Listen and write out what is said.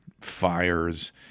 fires